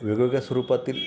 वेगवेगळ्या स्वरूपातील